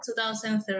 2013